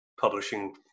publishing